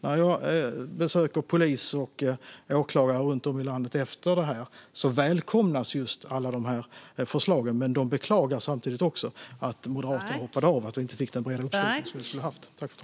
När jag efter detta har besökt polis och åklagare runt om i landet har alla dessa förslag välkomnats, men man har samtidigt beklagat att Moderaterna hoppade av och att vi inte fick den breda uppslutning som vi skulle ha haft.